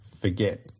forget